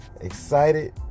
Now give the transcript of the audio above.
excited